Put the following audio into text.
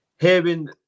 Hearing